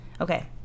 Okay